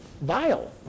vile